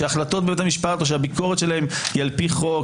שהחלטות בבית המשפט או שהביקורת שלהם היא על פי חוק,